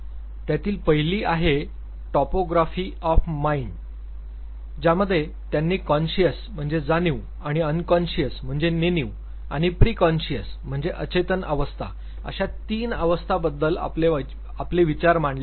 त्यातील पहिली आहे टॉपोग्राफी ऑफ माईंड ज्यामध्ये त्यांनी कॉन्शियस म्हणजे जाणीव आणि अनकॉन्शियस म्हणजे नेणीव आणि प्रीकॉन्शियस म्हणजे अचेतन अवस्था अशा तीन अवस्था बद्दल आपले विचार मांडले आहेत